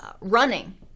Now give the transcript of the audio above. running